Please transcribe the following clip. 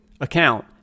account